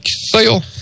sale